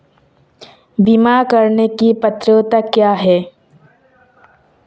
बीमा करने की पात्रता क्या है?